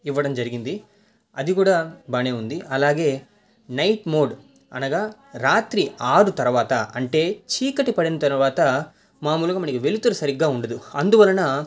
ఇవ్వడం జరిగింది అది కూడా బాగానే ఉంది అలాగే నైట్ మోడ్ అనగా రాత్రి ఆరు తర్వాత అంటే చీకటి పడిన తర్వాత మామూలుగా మనకి వెలుతురు సరిగా ఉండదు అందువలన